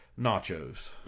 nachos